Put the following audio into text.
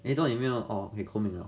eh 做么你没有 orh 你 comb 没有